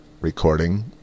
Recording